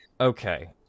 Okay